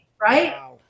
right